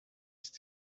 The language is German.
ist